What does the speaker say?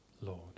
Lord